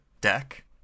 deck